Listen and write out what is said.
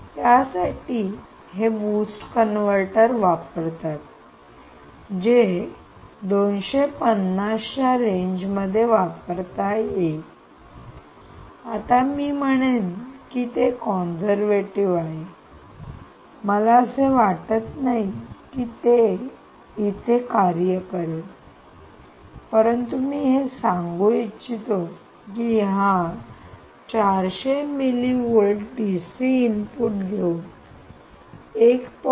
त्यासाठी हे boost converter वापरतात जे 250 च्या रेंजमध्ये वापरता येईल आता मी म्हणेन की ते काँझर्व्हेटिव्ह conservative पुराणमतवादी आहे मला असे वाटत नाही की ते तेथे कार्य करेल परंतु मी हे सांगू इच्छितो की या 400 मिली व्होल्ट डीसी इनपुट घेऊन 1